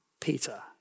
Peter